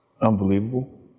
Unbelievable